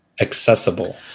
accessible